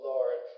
Lord